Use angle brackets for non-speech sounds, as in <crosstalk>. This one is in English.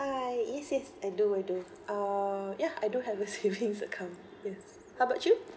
ah yes yes I do I do uh ya I do have a <laughs> savings account yes how about you